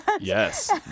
yes